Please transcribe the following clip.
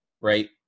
right